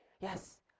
Yes